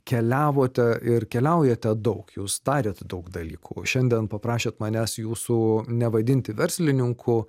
keliavote ir keliaujate daug jūs darėte daug dalykų šiandien paprašėt manęs jūsų nevadinti verslininku